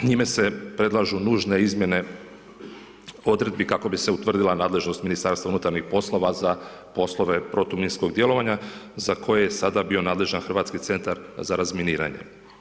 Njime se predlažu nužne izmjene odredbi kako bi se utvrdila nadležnost ministarstva unutarnjih poslova za poslove protuminskog djelovanja za koje je sada bio nadležan Hrvatski centar za razminiranje.